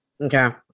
Okay